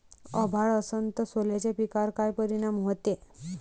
अभाळ असन तं सोल्याच्या पिकावर काय परिनाम व्हते?